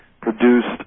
produced